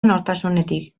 nortasunetik